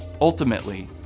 Ultimately